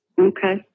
Okay